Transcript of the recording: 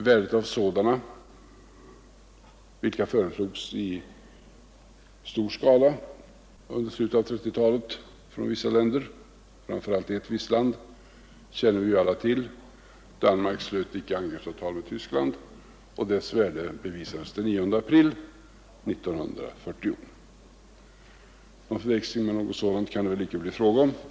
Värdet av sådana, vilka föreslogs i stor skala i slutet av 1930-talet av vissa länder, framför allt ett visst land, känner vi ju alla till. Danmark slöt icke-angreppsavtal med Tyskland, och dess värde bevisades den 9 april 1940. Någon förväxling med något sådant kan det väl inte bli fråga om.